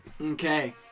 Okay